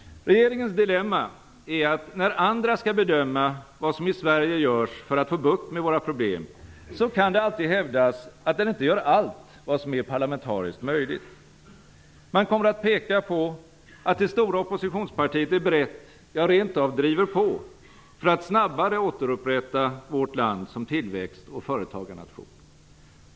Regeringens dilemma är att när andra skall bedöma vad som i Sverige görs för att få bukt med våra problem kan det alltid hävdas att regeringen inte gör allt som är parlamentariskt möjligt. Man kommer att peka på att det stora oppositionspartiet är berett - ja, rent av driver på - att snabbare återupprätta vårt land som tillväxt och företagarnation.